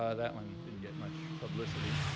ah that one didn't get much publicity.